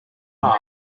path